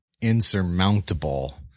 Insurmountable